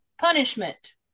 punishment